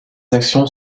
actions